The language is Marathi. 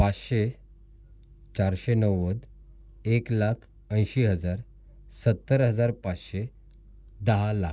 पाचशे चारशे नव्वद एक लाख ऐंशी हजार सत्तर हजार पाचशे दहा लाख